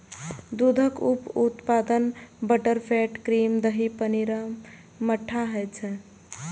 दूधक उप उत्पाद बटरफैट, क्रीम, दही, पनीर आ मट्ठा होइ छै